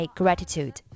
gratitude